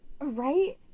Right